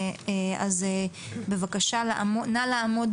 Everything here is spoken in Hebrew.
אז בבקשה נא לעמוד